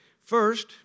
First